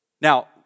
Now